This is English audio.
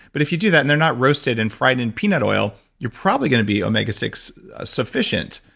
but if you do that and they're not roasted and fried in peanut oil you're probably going to be omega six sufficient.